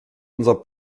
unser